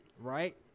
right